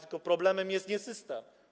Tylko problemem jest nie system.